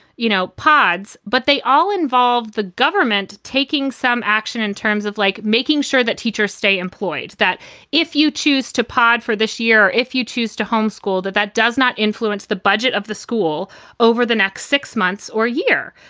you know, pods, but they all involve the government taking some action in terms of like making sure that teachers stay employed, that if you choose to pod for this year, if you choose to homeschool, that, that does not influence the budget of the school over the next six months or a year.